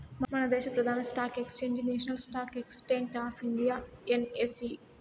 మనదేశ ప్రదాన stock exchange national stock exchange of India NSE